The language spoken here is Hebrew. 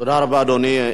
תודה רבה, אדוני.